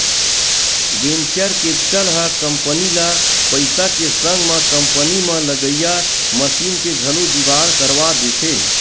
venture capital ह company ल पइसा के संग म कंपनी म लगइया मसीन के घलो जुगाड़ करवा देथे